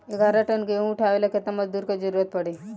ग्यारह टन गेहूं उठावेला केतना मजदूर के जरुरत पूरी?